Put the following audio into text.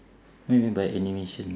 what you mean by animation